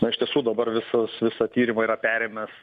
na iš tiesų dabar visus visą tyrimą yra perėmęs